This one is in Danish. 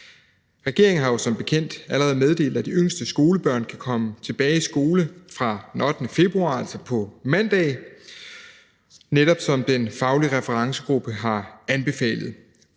Regeringen har jo som bekendt allerede meddelt, at de yngste skolebørn kan komme tilbage i skole fra den 8. februar, altså på mandag, netop som den faglige referencegruppe har anbefalet